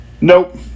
Nope